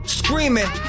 screaming